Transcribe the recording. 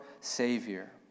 Savior